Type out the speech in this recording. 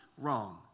wrong